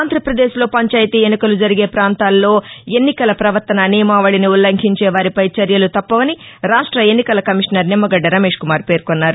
ఆంధ్రాప్రదేశ్లో పంచాయతీ ఎన్నికలు జరిగే పాంతాల్లో ఎన్నికల ప్రవర్తనా నియమావళిని ఉల్లంఘించే వారిపై చర్యలు తప్పవని రాష్ట్ర ఎన్నికల కమిషనర్ నిమ్మగడ్డ రమేష్ కుమార్ పేర్కొన్నారు